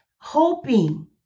hoping